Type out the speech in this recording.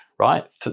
right